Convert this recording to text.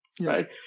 Right